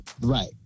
Right